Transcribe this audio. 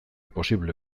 posible